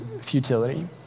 futility